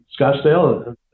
Scottsdale